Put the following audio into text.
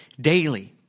daily